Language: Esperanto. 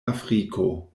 afriko